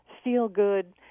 feel-good